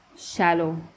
Shallow